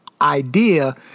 idea